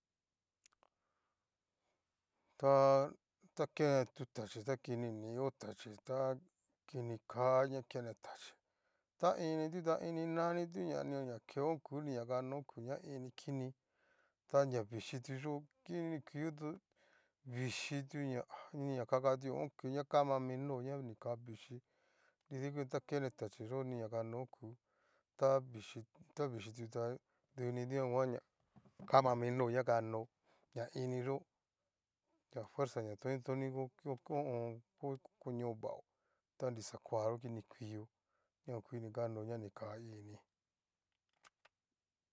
Ta. ta kene tu tachí ta kini ni. ho tachí ta kini ka ña kene tachí ta initu ta ininanitu ña ni na keo oku ña ini kini, ta ña vixhi tu'yo kinikuyotu vixhi tu ña'a nina kakatuo oku ña kama mi no'ó ña ni ka vixhí, nridaikuti ña kene tachíyo ni na kukano oku tá tavixhí, tá vixhí duni dikan tu nguan ña kama mi no'ó na kanó, ña iniyó afuerza ña toni. toni ho o on koño vao ta ni xakoa kinikuio na okuini kokano ña ni ka ini.